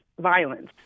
violence